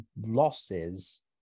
losses